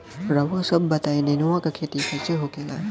रउआ सभ बताई नेनुआ क खेती कईसे होखेला?